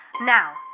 Now